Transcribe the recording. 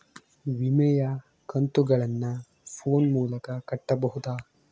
ವಿಮೆಯ ಕಂತುಗಳನ್ನ ಫೋನ್ ಮೂಲಕ ಕಟ್ಟಬಹುದಾ?